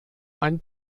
ein